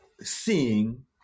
seeing